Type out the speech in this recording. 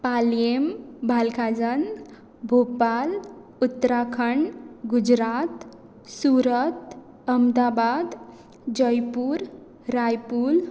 पालयम बालखाजन भोपाल उत्तराखंड गुजरात सुरत अमदाबाद जयपूर रायपूर